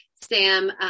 Sam